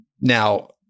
Now